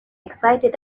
excited